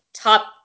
top